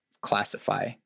classify